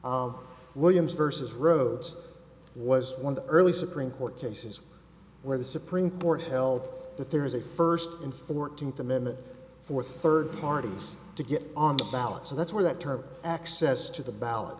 was williams versus rhodes was one the early supreme court cases where the supreme court held that there is a first and fourteenth amendment for third parties to get on the ballot so that's where that term access to the ballot